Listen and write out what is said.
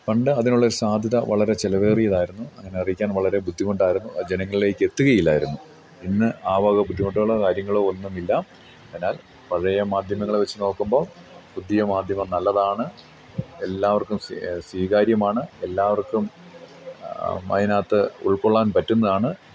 പണ്ട് അതിനുള്ള ഒരു സാധ്യത വളരെ ചിലവേറിയതായിരുന്നു അങ്ങനെ അറിയിക്കാൻ വളരെ ബുദ്ധിമുട്ടായിരുന്നു ജനങ്ങളിലേക്ക് എത്തുകയില്ലായിരുന്നു ഇന്ന് ആ വക ബുദ്ധിമുട്ടുകളോ കാര്യങ്ങളോ ഒന്നുമില്ല എന്നാൽ പഴയ മാധ്യമങ്ങളെ വെച്ച് നോക്കുമ്പോൾ പുതിയ മാധ്യമം നല്ലതാണ് എല്ലാവർക്കും സ്വീകാര്യമാണ് എല്ലാവർക്കും അതിനകത്ത് ഉൾക്കൊള്ളാൻ പറ്റുന്നതാണ്